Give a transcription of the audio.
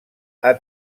han